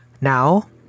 Now